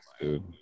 dude